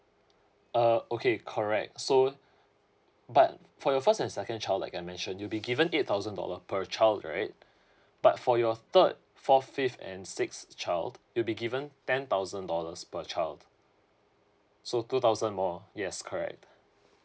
uh okay correct so but for your first and second child like I mention you'll be given eight thousand dollar per child right but for your third fourth fifth and sixth child will be given ten thousand dollars per child so two thousand more yes correct